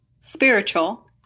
spiritual